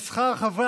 ששכרם צמוד לשכר חברי